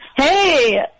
Hey